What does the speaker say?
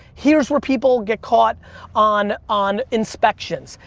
here's what people get caught on, on inspections.